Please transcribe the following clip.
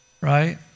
right